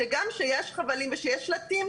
שגם כשיש חבלים וכשיש שלטים,